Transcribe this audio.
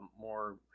more